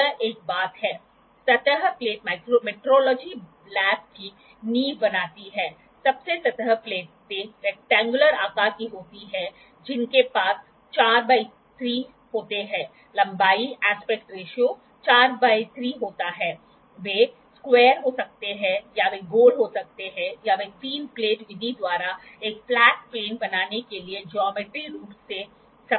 यह एक बात है सतह प्लेट मेट्रोलॉजी लैब की नींव बनाती है सबसे सतह प्लेटें रैक्टेंगुलर आकार की होती हैं जिनके पास 4 बाय 3 होते हैं लंबाई आस्पेक्ट रेशियो 4 बाय 3 होता है वे स्केवेयर हो सकते हैं या वे गोल हो सकते हैं या वे 3 प्लेट विधि द्वारा एक फ्लैट प्लेन बनाने के लिए ज्यामिटरी रूप से सबसे सही हैं